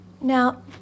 Now